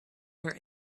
our